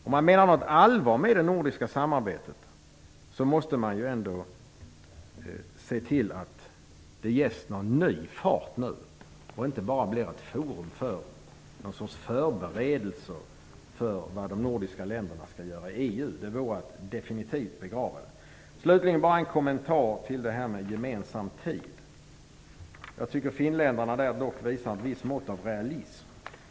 Om man menar allvar med det nordiska samarbetet måste man ändå se till att det får ny fart nu, så att det inte bara blir ett forum för ett slags förberedelse för vad de nordiska länderna skall göra i EU. Det vore att definitivt begrava det nordiska samarbetet. Slutligen vill jag bara göra en kommentar till detta med gemensam tid. Jag tycker att finländarna har visat ett visst mått av realism.